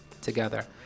together